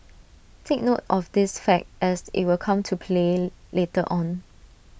take note of this fact as IT will come to play later on